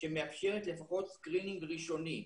שמאפשרת לפחות screening ראשוני,